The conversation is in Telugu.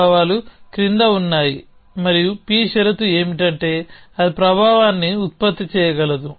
ప్రభావాలు క్రింద ఉన్నాయి మరియు p షరతు ఏమిటంటే అది ప్రభావాన్ని ఉత్పత్తి చేయగలదు